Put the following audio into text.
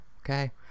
okay